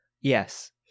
Yes